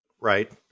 Right